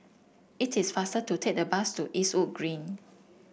it is faster to take the bus to Eastwood Green